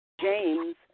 James